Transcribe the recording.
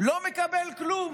לא מקבל כלום.